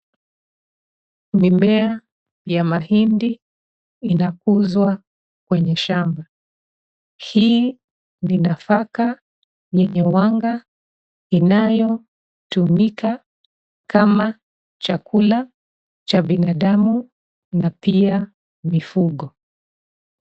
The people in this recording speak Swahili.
Mimea ya mahindi inakuzwa kwenye shamba. Hii ni nafaka yenye wanga inayotumika kama chakula cha binadamu na pia mifugo.